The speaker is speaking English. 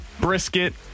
brisket